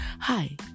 hi